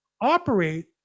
operate